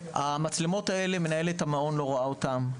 המצלמות האלה, מנהלת המעון לא רואה אותן,